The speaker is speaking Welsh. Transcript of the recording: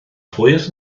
hwyr